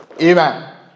Amen